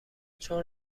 چون